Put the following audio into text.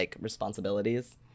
responsibilities